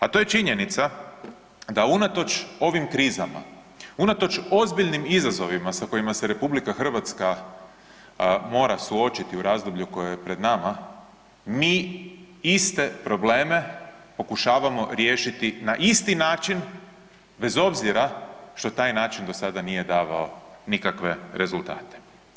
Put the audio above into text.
A to je činjenica da unatoč ovim krizama, unatoč ozbiljnim izazovima sa kojima se Republika Hrvatska mora suočiti u razdoblju koje je pred nama mi iste probleme pokušavamo riješiti na isti način bez obzira što taj način do sada nije davao nikakve rezultate.